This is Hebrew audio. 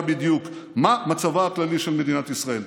בדיוק: מה מצבה הכללי של מדינת ישראל,